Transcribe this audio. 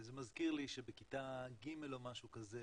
זה מזכיר לי שבכיתה ג' או משהו כזה